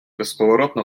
безповоротно